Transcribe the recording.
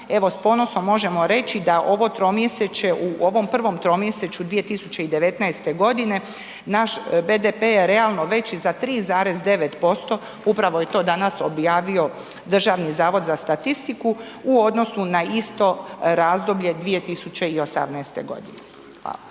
evo s ponosom možemo reći da ovo tromjesečje, u ovom prvom tromjesečju 2019. godine naš BDP je realno veći za 3,9% upravo je to danas objavio Državni zavod za statistiku u odnosu na isto razdoblje 2018. godine. Hvala.